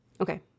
Okay